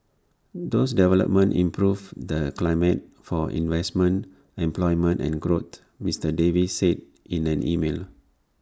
those developments improve the climate for investment employment and growth Mister Davis said in an email